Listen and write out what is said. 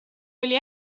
oli